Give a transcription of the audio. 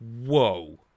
whoa